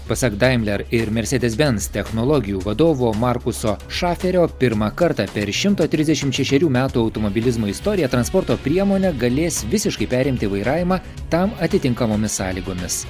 pasak daimler ir mercedes benz technologijų vadovo markuso šaferio pirmą kartą per šimto trisdešim šešerių metų automobilizmo istoriją transporto priemonė galės visiškai perimti vairavimą tam atitinkamomis sąlygomis